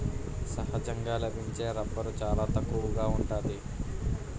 సహజంగా లభించే రబ్బరు చాలా తక్కువగా ఉంటాది